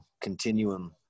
continuum